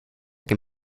que